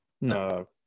No